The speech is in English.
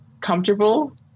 comfortable